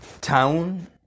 town